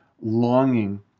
longing